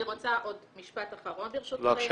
אני רוצה עוד משפט אחרון, ברשותך.